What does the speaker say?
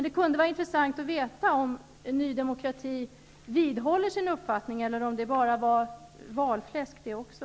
Det skulle vara intressant att veta om Ny demokrati vidhåller sin uppfattning, eller om det bara var valfläsk det också.